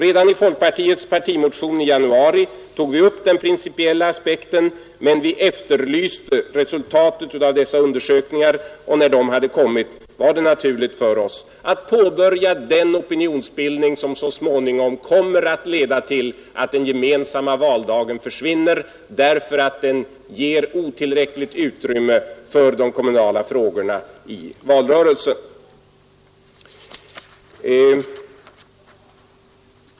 Redan i folkpartiets partimotion i januari tog vi upp den principiella aspekten, men vi efterlyste resultatet av dessa undersökningar. När de hade kommit var det naturligt för oss att påbörja den opinionsbildning, som så småningom kommer att leda till att den gemensamma valdagen försvinner, därför att den ger otillräckligt utrymme för de kommunala frågorna i valrörelsen.